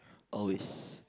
oh is